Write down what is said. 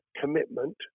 commitment